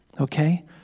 Okay